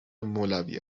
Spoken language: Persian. مولوی